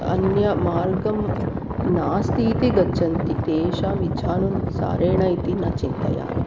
अन्यमार्गं नास्ति इति गच्छन्ति तेषाम् इच्छानुसारेण इति न चिन्तयामि